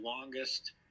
longest